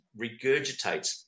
regurgitates